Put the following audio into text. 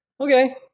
okay